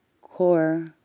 core